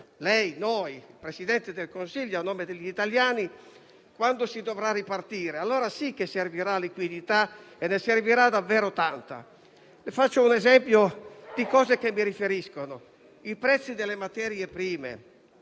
(lei e noi, signor Presidente del Consiglio, a nome degli italiani), quando si dovrà ripartire. Allora sì che servirà liquidità e ne servirà davvero tanta. Le faccio un esempio di cose che mi riferiscono: i prezzi delle materie prime